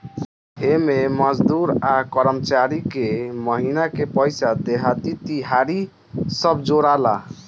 एमे मजदूर आ कर्मचारी के महिना के पइसा, देहाड़ी, तिहारी सब जोड़ाला